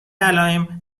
علائم